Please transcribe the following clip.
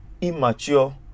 immature